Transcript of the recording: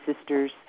sister's